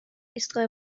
ایستگاه